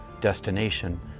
destination